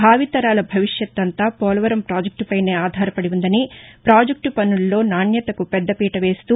భావితరాల భవిష్యత్తు అంతా పోలవరం పాజక్టు పైనే ఆధారపడి ఉందని పాజెక్టు పనుల్లో నాణ్యతకు పెద్ద పీట వేస్తూ